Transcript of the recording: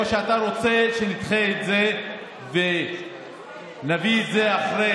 או שאתה רוצה שנדחה את זה ונביא את זה אחרי